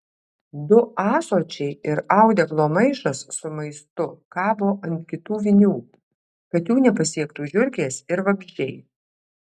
du ąsočiai ir audeklo maišas su maistu kabo ant kitų vinių kad jų nepasiektų žiurkės ir vabzdžiai